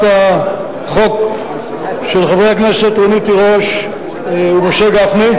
החוק של חברי הכנסת רונית תירוש ומשה גפני,